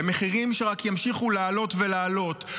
במחירים שרק ימשיכו לעלות ולעלות,